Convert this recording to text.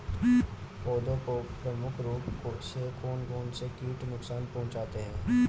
पौधों को प्रमुख रूप से कौन कौन से कीट नुकसान पहुंचाते हैं?